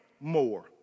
more